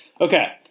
Okay